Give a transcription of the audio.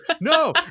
No